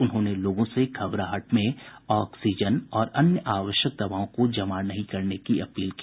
उन्होंने लोगों से घबराहट में ऑक्सीजन और अन्य आवश्यक दवाओं को जमा नहीं करने की अपील की